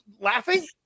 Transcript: laughing